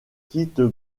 quittent